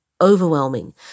overwhelming